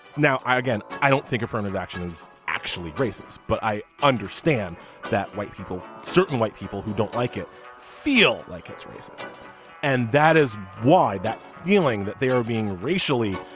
now i again i don't think affirmative action is actually racist but i understand that white people certain white people who don't like it feel like it's racist and that is why that feeling that they are being racially.